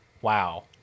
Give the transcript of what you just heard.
Wow